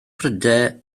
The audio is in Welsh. prydau